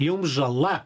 jums žala